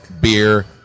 Beer